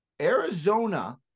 Arizona